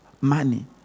money